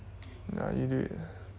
ya you do it